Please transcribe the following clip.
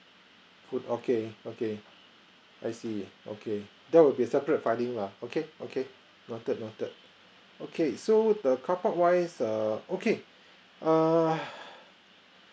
good okay okay I see okay that would be separate funding lah okay okay noted noted okay so the car park wise err okay err